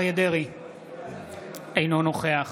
אינו נוכח